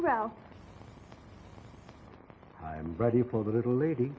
well i'm ready for the little lady